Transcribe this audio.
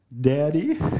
Daddy